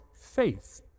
faith